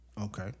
Okay